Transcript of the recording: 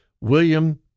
William